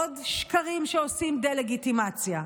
עוד שקרים שעושים דה-לגיטימציה.